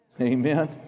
Amen